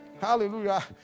Hallelujah